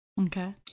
Okay